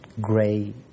gray